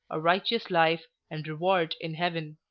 a righteous life, and reward in heaven.